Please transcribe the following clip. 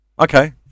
Okay